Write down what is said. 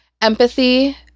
empathy